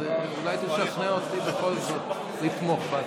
אז אולי תשכנע אותי בכל זאת לתמוך בהצעה.